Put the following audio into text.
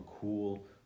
cool